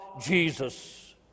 Jesus